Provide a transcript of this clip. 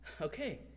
okay